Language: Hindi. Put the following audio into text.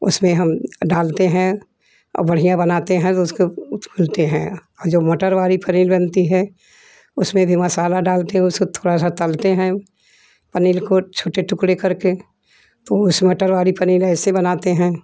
उसमें हम डालते हैं और बढ़िया बनाते हैं तो उसके उच खुलते हैं जब मटर वाली फरेल बनती है उसमें भी मसाला डालते उसको थोड़ा सा तलते हैं पनीर को छोटे टुकड़े करके तो उस मटर वाली पनीर ऐसे बनाते हैं